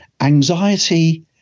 Anxiety